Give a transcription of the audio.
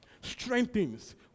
strengthens